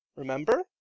Remember